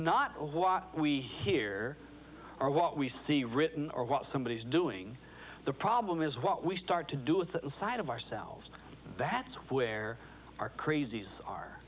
not what we hear or what we see written or what somebody is doing the problem is what we start to do with that side of ourselves that's where our crazies are